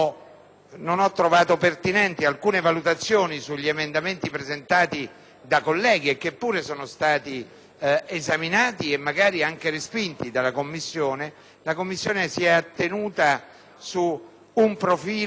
non ho trovato pertinenti alcune valutazioni sugli emendamenti presentati da colleghi e che pure sono stati esaminati e magari anche respinti dalla Commissione, nel metodo con cui ha affrontato